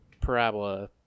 Parabola